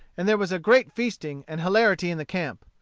and there was great feasting and hilarity in the camp.